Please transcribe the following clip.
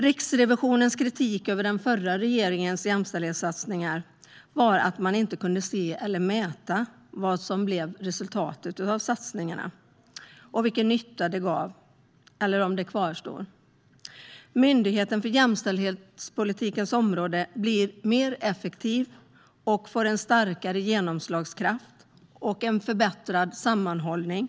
Riksrevisionens kritik av den förra regeringens jämställdhetssatsningar var att man inte kunde se eller mäta vad som blev resultatet av satsningarna och vilken nytta de gav. Myndigheten för jämställdhetspolitikens område blir mer effektiv och får en starkare genomslagskraft och förbättrad sammanhållning.